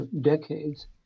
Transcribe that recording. decades